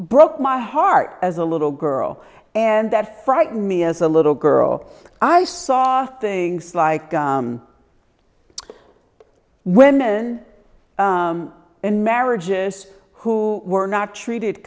broke my heart as a little girl and that frightened me as a little girl i saw things like women in marriages who were not treated